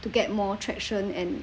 to get more traction and